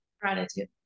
Gratitude